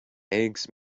eggs